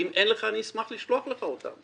ואם אין לך אני אשמח לשלוח לך אותם.